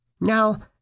Now